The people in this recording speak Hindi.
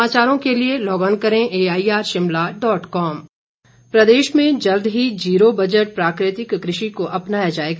आचार्य देवव्रत प्रदेश में जल्द ही जीरो बजट प्राकृतिक कृषि को अपनाया जाएगा